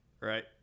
Right